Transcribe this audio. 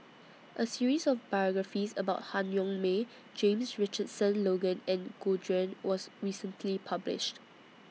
A series of biographies about Han Yong May James Richardson Logan and Gu Juan was recently published